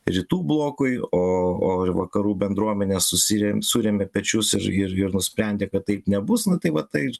rytų blokui o o vakarų bendruomenės susirėmė surėmė pečius ir ir ir nusprendė kad taip nebus nu tai va tai